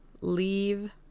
Leave